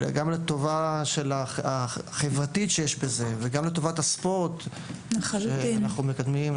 אולי גם לטובה החברתית שיש בזה וגם לטובת הספורט שאנחנו מקדמים.